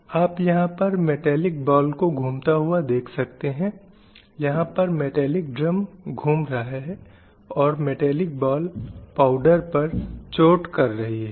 हम कुछ ऐसे मिथकों पर गौर कर सकते हैं जो इस लैंगिक रूढ़िबद्धता के साथ चलते हैं